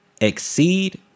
exceed